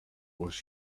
was